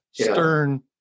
stern